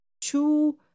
two